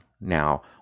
now